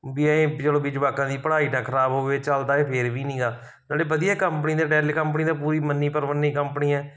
ਵੀ ਇਹ ਚਲੋ ਵੀ ਜਵਾਕਾਂ ਦੀ ਪੜ੍ਹਾਈ ਨਾ ਖਰਾਬ ਹੋਵੇ ਚੱਲਦਾ ਇਹ ਫਿਰ ਵੀ ਨੀਗਾ ਨਾਲੇ ਵਧੀਆ ਕੰਪਨੀ ਦੇ ਡੈਲ ਕੰਪਨੀ ਤਾਂ ਪੂਰੀ ਮੰਨੀ ਪਰਮੰਨੀ ਕੰਪਨੀ ਹੈ